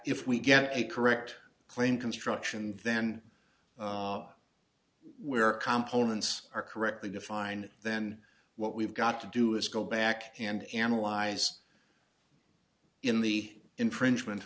if we get a correct claim construction then we are complements are correctly defined then what we've got to do is go back and analyze in the infringement